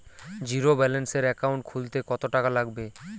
জিরোব্যেলেন্সের একাউন্ট খুলতে কত টাকা লাগবে?